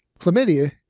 Chlamydia